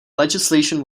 legislation